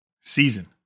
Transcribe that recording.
season